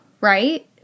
right